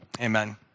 Amen